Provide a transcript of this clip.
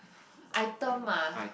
item ah